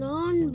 Non